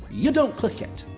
you don't click it.